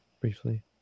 briefly